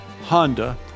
Honda